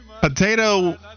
Potato